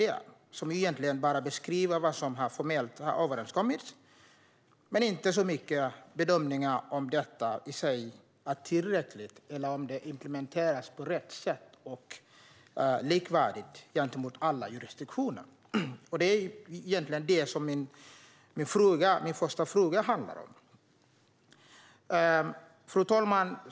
Svaret beskriver egentligen bara vad som formellt har överenskommits, men det innehåller inte så mycket bedömningar av om detta i sig är tillräckligt eller om det implementeras på rätt sätt och likvärdigt gentemot alla jurisdiktioner. Det är egentligen det min första fråga handlar om. Fru talman!